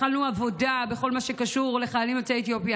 התחלנו עבודה בכל מה שקשור לחיילים יוצאי אתיופיה.